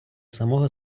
самого